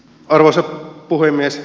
arvoisa puhemies